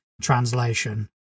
translation